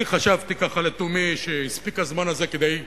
אני חשבתי לתומי שהספיק הזמן הזה כדי להימלך,